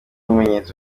bimenyetso